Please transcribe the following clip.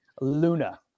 Luna